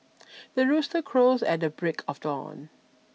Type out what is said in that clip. the rooster crows at the break of dawn